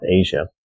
Asia